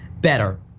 Better